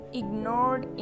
ignored